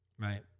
Right